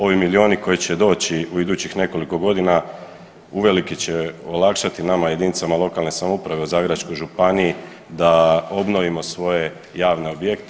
Ovi milioni koji će doći u idućih nekoliko godina uvelike će olakšati nama jedinicama lokalne samouprave u Zagrebačkoj županiji da obnovimo svoje javne objekte.